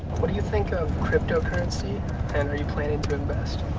what do you think of cryptocurrency and are you planning to invest?